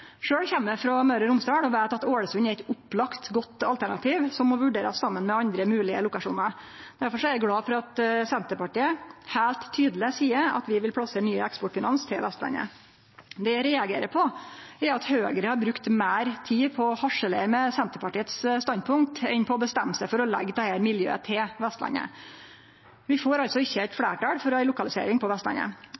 eg frå Møre og Romsdal og veit at Ålesund er eit opplagt godt alternativ som må vurderast saman med andre moglege lokasjonar. Derfor er eg glad for at Senterpartiet heilt tydeleg seier at vi vil plassere nye Eksportfinans til Vestlandet. Det eg reagerer på, er at Høgre har brukt meir tid på å harselere med Senterpartiet sitt standpunkt enn på å bestemme seg for å leggje dette miljøet til Vestlandet. Vi får altså ikkje